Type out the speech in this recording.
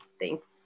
thanks